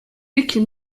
lykje